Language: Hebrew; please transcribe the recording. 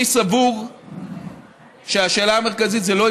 אבל לא באריכות.